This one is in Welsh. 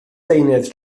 deunydd